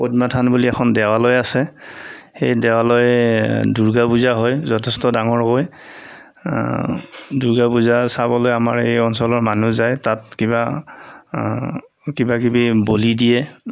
থান বুলি এখন দেৱালয় আছে সেই দেৱালয়ত দুৰ্গা পূজা হয় যথেষ্ট ডাঙৰ হয় দুৰ্গা পূজা চাবলে আমাৰ এই অঞ্চলৰ মানুহ যায় তাত কিবা কিবাকিবি বলি দিয়ে